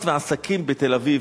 150 200 שקל ביום,